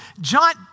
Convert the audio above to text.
John